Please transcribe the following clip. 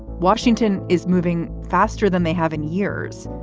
washington is moving faster than they have in years,